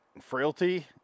frailty